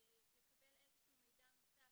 לקבל איזשהו מידע נוסף,